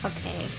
Okay